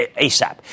ASAP